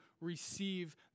receive